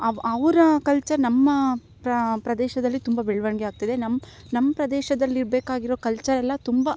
ಅ ಅವ್ರ ಅವರ ಕಲ್ಚರ್ ನಮ್ಮ ಪ್ರದೇಶದಲ್ಲಿ ತುಂಬ ಬೆಳವಣ್ಗೆಯಾಗ್ತಿದೆ ನಮ್ಮ ನಮ್ಮ ಪ್ರದೇಶದಲ್ಲಿ ಇರಬೇಕಾಗಿರೋ ಕಲ್ಚರೆಲ್ಲ ತುಂಬ